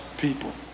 people